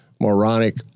moronic